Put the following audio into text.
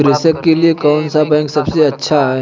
प्रेषण के लिए कौन सा बैंक सबसे अच्छा है?